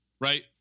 right